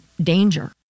danger